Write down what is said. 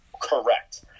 correct